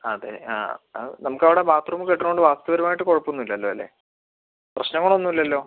അതെ ആ നമുക്കവിടെ ബാത്രൂം കെട്ടുന്നോണ്ട് വാസ്തുപരമായിട്ട് കുഴപ്പമൊന്നുമില്ലല്ലോ അല്ലെ പ്രശ്നങ്ങളൊന്നുമില്ലല്ലോ